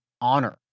honor